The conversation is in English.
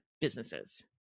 businesses